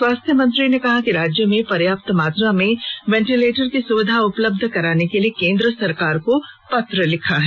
स्वास्थ्य मंत्री ने कहा कि राज्य में पर्याप्त मात्रा में वेंटिलेटर की सुविधा उपलब्ध कराने के लिए केन्द्र सरकार को पत्र लिखा है